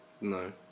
no